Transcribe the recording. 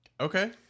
Okay